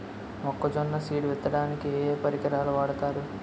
మొక్కజొన్న సీడ్ విత్తడానికి ఏ ఏ పరికరాలు వాడతారు?